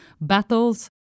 battles